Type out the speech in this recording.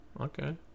Okay